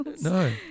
no